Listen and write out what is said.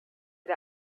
der